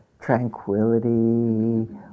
tranquility